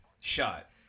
Shot